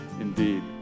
indeed